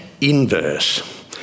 inverse